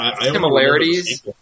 similarities